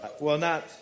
well—not